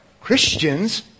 Christians